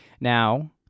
Now